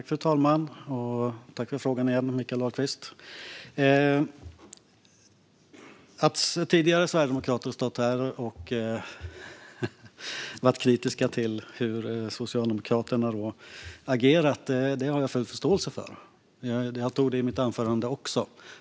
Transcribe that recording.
Fru talman! Tack igen för frågan, Mikael Dahlqvist! Att tidigare sverigedemokrater har stått här och varit kritiska till hur Socialdemokraterna agerat har jag full förståelse för. Jag tog upp detta i mitt anförande också.